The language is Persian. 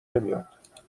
نمیاد